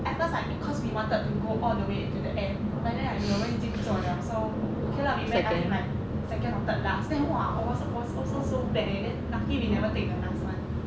at first I cause we wanted to go all the way to the end but then like 有人已经坐了 so okay lah we went I think like second or third last then !wah! I was also so bad leh then lucky we never take the last one